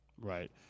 Right